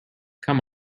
come